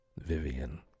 Vivian